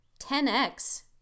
10x